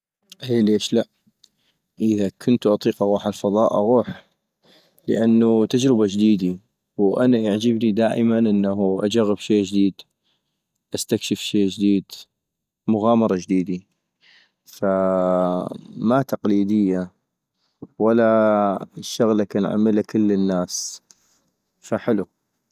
اي ليش لأ - اذا كنتو اطيق اغوح عالفضاء اغوح - لانو تجربة جديدي ، وأنا يعجبني دائما انو اجغب شي جديد ، استكشف شي جديد ، مغامرة جديدي - فما تقليدية ولا شغلة كن عملا كل الناس حلو.